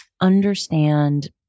understand